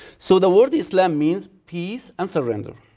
so the world islam means peace and surrender,